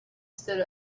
stood